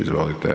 Izvolite.